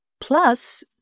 Plus